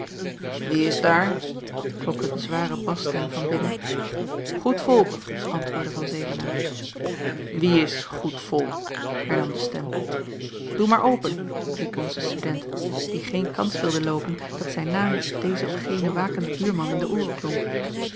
is daar klonk een zware basstem van binnen goed volk antwoordde van zevenaer wie is goed volk hernam de stem doe maar open riep onze student die geen kans wilde loopen dat zijn naam dezen of genen wakenden buurman in de ooren klonk